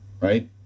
Right